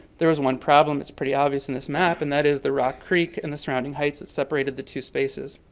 there was one problem. it's pretty obvious in this map and that is the rock creek and the surrounding heights that separated the two spaces.